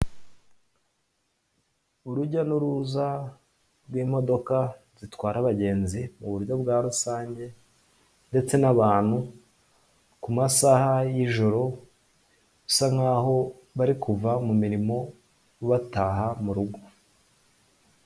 Urujya n'uruza, rw'imodoka, zitwara abagenzi, muburyo bwa rusange, ndetse n'abantu, kumasaha y'ijoro, usa nkaho bari kuva mu mirimo bataha mu rugo.